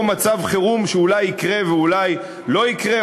מצב חירום שאולי יקרה ואולי לא יקרה,